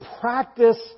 practice